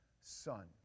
Son